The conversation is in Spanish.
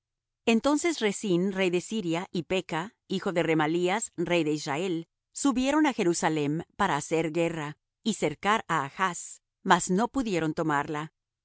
entonces resín rey de siria y peka hijo de remalías rey de israel subieron á jerusalem para hacer guerra y cercar á achz mas no pudieron tomarla